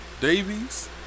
Davies